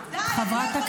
די כבר.